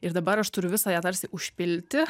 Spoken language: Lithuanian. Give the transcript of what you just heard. ir dabar aš turiu visą ją tarsi užpilti